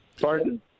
Pardon